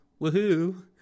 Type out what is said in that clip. woohoo